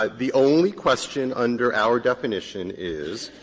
ah the only question under our definition is,